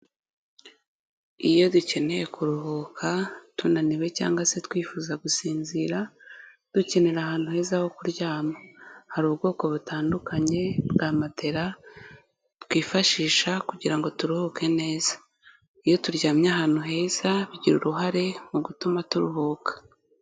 Iyo dukeneye kuruhuka, tunaniwe cyangwa se twifuza gusinzira, dukenera ahantu heza ho kuryama. Hari ubwoko butandukanye bwa matera twifashisha kugira ngo turuhuke neza. Iyo turyamye ahantu heza, bigira uruhare mu gutuma turuhuka.